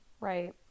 right